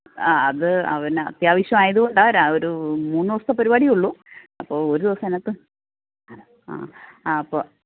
ആ അത് അവന് അത്യാവശ്യം ആയത് കൊണ്ടാണ് ര ഒരു മൂന്ന് ദിവസത്തെ പരിപാടിയെ ഉള്ളു അപ്പോൾ ഒരു ദിവസം അതിനകത്ത് ആ അപ്പം